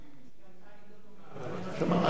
אני יודע שהוא הודיע.